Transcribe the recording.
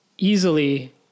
Easily